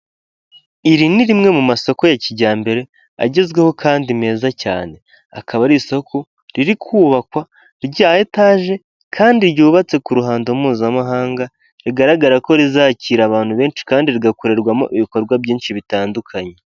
Iri ni rimwe mu masoko ya kijyambere agezweho kandi meza cyane, akaba ari isoko riri kubakwa rya etaje kandi ryubatse ku ruhando mpuzamahanga rigaragara ko rizakira abantu benshi kandi rigakorerwamo ibikorwa byinshi bitandukanye.